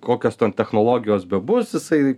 kokios ten technologijos bebus jisai